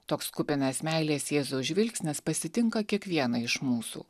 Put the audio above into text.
toks kupinas meilės jėzaus žvilgsnis pasitinka kiekvieną iš mūsų